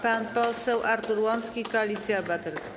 Pan poseł Artur Łącki, Koalicja Obywatelska.